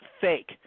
fake